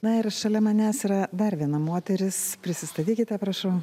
na ir šalia manęs yra dar viena moteris prisistatykite prašau